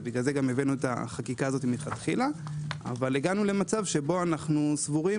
ולכן גם הבאנו את החקיקה הזו לכתחילה אבל הגענו למצב שבו אנו סבורים